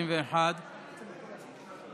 התשנ"ה